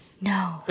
No